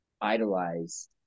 idolize